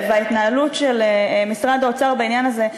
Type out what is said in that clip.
וההתנהלות של משרד האוצר בעניין הזה,